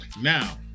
Now